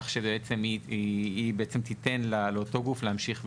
כך שבעצם היא תיתן לאותו גוף להמשיך ולפעול.